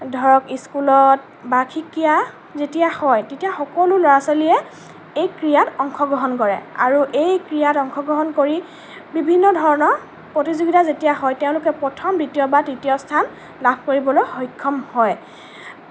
ধৰক স্কুলত বাৰ্ষিক ক্ৰীড়া যেতিয়া হয় তেতিয়া সকলো ল'ৰা ছোৱালীয়ে এই ক্ৰীড়াত অংশগ্ৰহণ কৰে আৰু এই ক্ৰীড়াত অংশগ্ৰহণ কৰি বিভিন্নধৰণৰ প্ৰতিযোগিতা যেতিয়া হয় তেওঁলোকে প্ৰথম দ্বিতীয় বা তৃতীয় স্থান লাভ কৰিবলৈ সক্ষম হয়